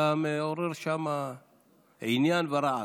אתה מעורר שם עניין ורעש.